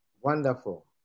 wonderful